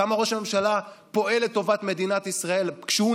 כמה ראש הממשלה פועל לטובת מדינת ישראל כשהוא